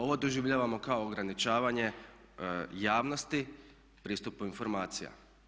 Ovo doživljavamo kao ograničavanje javnosti pristupu informacija.